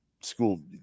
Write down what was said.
school